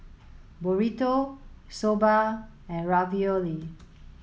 Burrito Soba and Ravioli